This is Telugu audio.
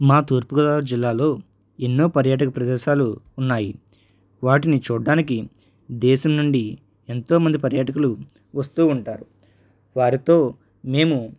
మా తూర్పుగోదావరి జిల్లాలో ఎన్నో పర్యాటక ప్రదేశాలు ఉన్నాయి వాటిని చూడడానికి దేశం నుండి ఎంతో మంది పర్యాటకులు వస్తూ ఉంటారు వారితో మేము